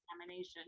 examination